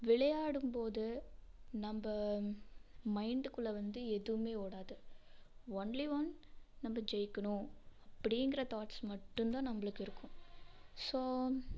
விளையாடும்போது நம்ப மைண்டுக்குள்ளெ வந்து எதுவுமே ஓடாது ஒன்லி ஒன் நம்ப ஜெயிக்கணும் அப்படிங்கிற தாட்ஸ் மட்டும் தான் நம்பளுக்கு இருக்கும் ஸோ